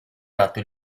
nato